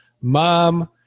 mom